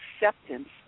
acceptance